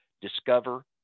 discover